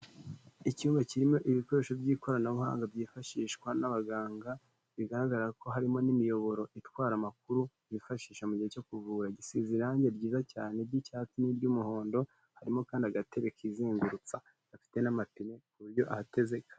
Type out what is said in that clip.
Icyumba kirimo ibikoresho by'ikoranabuhanga byifashishwa n'abaganga, bigaragara ko harimo n'imiyoboro itwara amakuru, yifashisha mu gihe cyo kuvura. Gisize irangi ryiza cyane ry'icyatsi n'iry'umuhondo, harimo kandi agatebe kizengurutsa, gafite n'amapine kuburyo ahateze ka